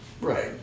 Right